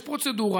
יש פרוצדורה,